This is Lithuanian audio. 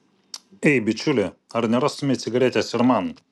ei bičiuli ar nerastumei cigaretės ir man